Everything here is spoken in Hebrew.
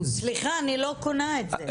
סליחה אני לא קונה את זה.